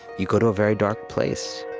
you go to a very dark place